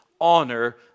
honor